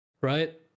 Right